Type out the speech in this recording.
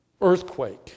earthquake